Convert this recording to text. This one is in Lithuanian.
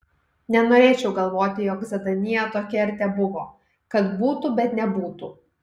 nenorėčiau galvoti jog zadanija tokia ir tebuvo kad būtų bet nebūtų